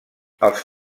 els